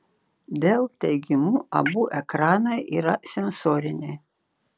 dell teigimu abu ekranai yra sensoriniai